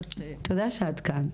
תודה שאת קצת.